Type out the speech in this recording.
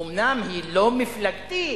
אומנם היא לא מפלגתית,